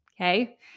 okay